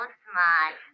smart